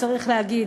צריך להגיד,